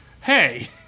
Hey